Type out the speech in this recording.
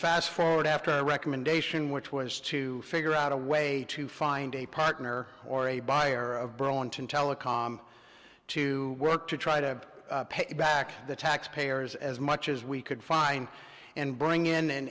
fast forward after the recommendation which was to figure out a way to find a partner or a buyer of burlington telecom to work to try to pay back the taxpayers as much as we could find and bring in an